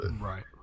Right